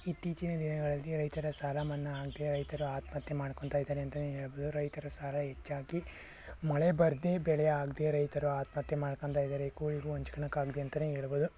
ಇತ್ತೀಚಿನ ದಿನಗಳಲ್ಲಿ ರೈತರ ಸಾಲ ಮನ್ನಾ ಆ ರೈತರು ಆತ್ಮಹತ್ಯೆ ಮಾಡ್ಕೋತಯಿದ್ದಾರೆ ಅಂತಲೇ ಹೇಳ್ಬೋದು ರೈತರ ಸಾಲ ಹೆಚ್ಚಾಗಿ ಮಳೆ ಬರದೇ ಬೆಳೆ ಆಗದೇ ರೈತರು ಆತ್ಮಹತ್ಯೆ ಮಾಡ್ಕೋತಾಯಿದ್ದಾರೆ ಕೂಳಿಗೂ ಹೊಂಚ್ಕೊಳ್ಳೋಕ್ಕಾಗ್ದೆ ಅಂತಲೇ ಹೇಳ್ಬೋದು